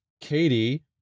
Katie